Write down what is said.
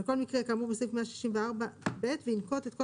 על כל מקרה בסעיף 164 ב' וינקוט את כל